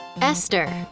Esther